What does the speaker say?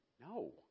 No